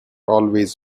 always